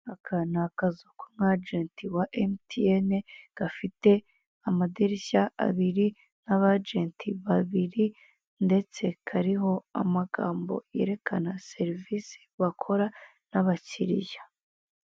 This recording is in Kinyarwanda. Aka ni akazu k'umwajenti wa emutiyene gafite amadirishya abairi n'abajenti babiri ndetse kariho amagambo yerekana serivise bakora n'abakiriya.